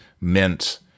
meant